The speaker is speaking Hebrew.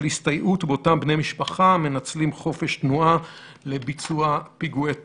של הסתייעות באותם בני משפחה שמנצלים חופש תנועה לביצוע פיגועי טרור.